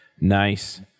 Nice